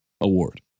award